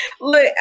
Look